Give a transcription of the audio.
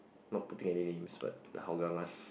not putting any names but the Hougang one